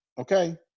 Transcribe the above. okay